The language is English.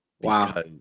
Wow